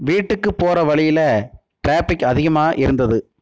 வீட்டுக்கு போகிற வழியில் டிராஃபிக் அதிகமாக இருந்தது